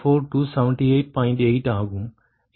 8 ஆகும்